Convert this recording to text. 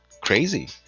crazy